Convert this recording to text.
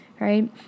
right